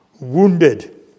wounded